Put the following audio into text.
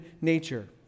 nature